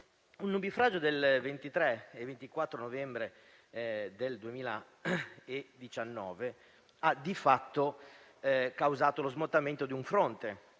Il nubifragio del 23 e 24 novembre del 2019 ha di fatto causato lo smottamento di un fronte